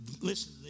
listen